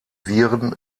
viren